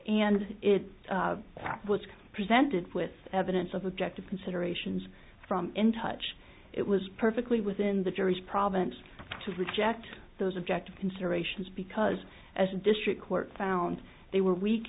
and it was presented with evidence of objective considerations from in touch it was perfectly within the jury's province to reject those objective considerations because as a district court found they were we